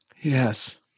Yes